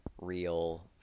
real